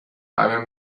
beim